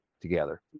together